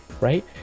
right